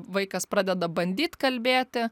vaikas pradeda bandyt kalbėti